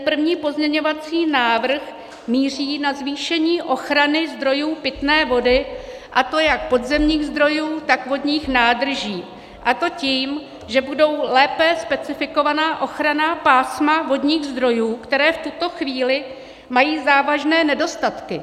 První pozměňovací návrh míří na zvýšení ochrany zdrojů pitné vody, a to jak podzemních zdrojů, tak vodních nádrží, a to tím, že budou lépe specifikována ochranná pásma vodních zdrojů, která v tuto chvíli mají závažné nedostatky.